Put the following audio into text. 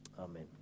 amen